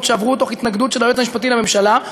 שעברו תוך התנגדות של היועץ המשפטי לממשלה,